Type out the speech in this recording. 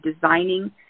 designing